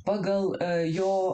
pagal jo